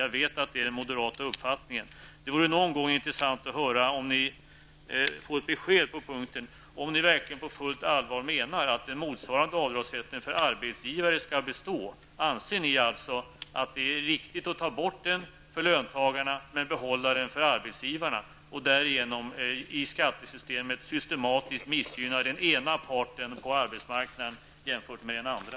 Jag vet att det är den moderata uppfattningen. Det vore någon gång intressant att få höra om ni på fullt allvar anser att den motsvarande avdragsrätten för arbetsgivare skall bestå. Anser ni att det är riktigt att ta bort den för löntagarna men behålla den för arbetsgivarna? Därigenom missgynnas systematiskt i skattesystemet den ena parten på arbetsmarknaden jämfört med den andra.